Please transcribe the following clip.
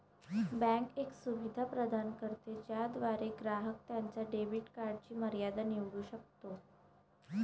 bank एक सुविधा प्रदान करते ज्याद्वारे ग्राहक त्याच्या डेबिट कार्डची मर्यादा निवडू शकतो